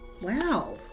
Wow